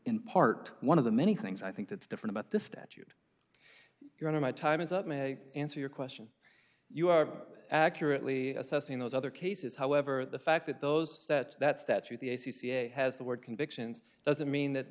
in part one of the many things i think that's different about this statute you know my time is up may answer your question you are accurately assessing those other cases however the fact that those that that statute the c c a has the word convictions doesn't mean that